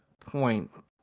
point